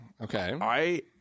Okay